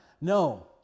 No